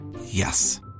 Yes